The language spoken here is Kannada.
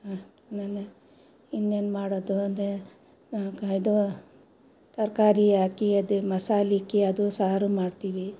ಇನ್ನೇನು ಇನ್ನೇನು ಮಾಡೋದು ಅಂದರೆ ಅದು ತರಕಾರಿ ಹಾಕಿ ಅದು ಮಸಾಲಿಕ್ಕಿ ಅದು ಸಾರು ಮಾಡ್ತೀವಿ